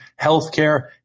healthcare